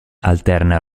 alterna